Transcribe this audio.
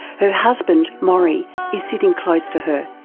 her husband maurie is sitting close to her,